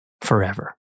forever